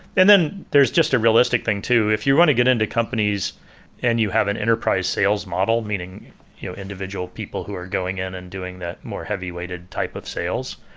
then then there's just a realistic thing too. if you want to get into companies and you have an enterprise sales model, meaning individual people who are going in and doing that more heavy-weighted type of sales,